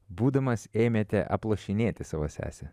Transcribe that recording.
būdamas ėmėte aplošinėti savo sesę